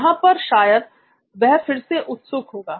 यहां पर शायद वह फिर से उत्सुक होगा